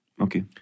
Okay